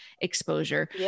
exposure